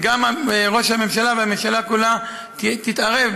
גם ראש הממשלה והממשלה כולה יתערבו